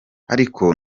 ariko